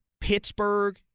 Pittsburgh